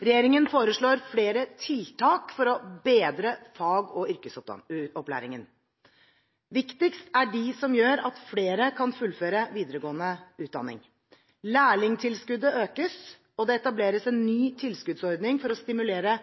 Regjeringen foreslår flere tiltak for å bedre fag- og yrkesopplæringen. Viktigst er de som gjør at flere kan fullføre videregående utdanning. Lærlingtilskuddet økes, og det etableres en ny tilskuddsordning for å stimulere